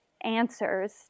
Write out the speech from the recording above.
answers